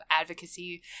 advocacy